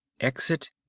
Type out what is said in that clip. exit